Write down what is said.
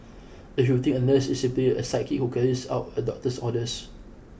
if you think a nurse is simply a sidekick who carries out a doctor's orders